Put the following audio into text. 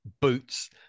boots